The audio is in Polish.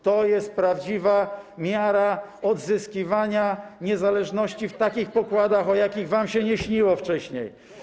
To jest prawdziwa miara odzyskiwania niezależności w takich pokładach, o jakich wam się nie śniło wcześniej.